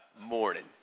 morning